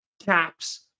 caps